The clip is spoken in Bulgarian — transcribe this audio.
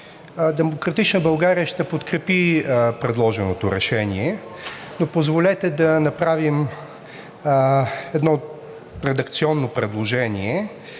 „Демократична България“ ще подкрепи предложеното решение, но позволете да направим едно редакционно предложение